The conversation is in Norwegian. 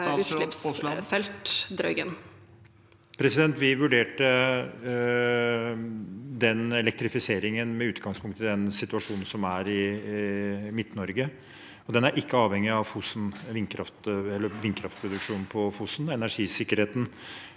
Vi vurderte den elektrifiseringen med utgangspunkt i den situasjonen som er i Midt-Norge. Den er ikke avhengig av vindkraftproduksjonen på Fosen. Energisikkerheten